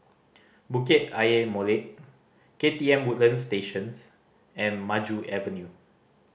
Bukit Ayer Molek K T M Woodlands Statios and Maju Avenue